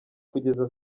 kugeza